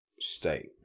state